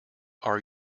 our